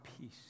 peace